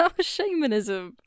shamanism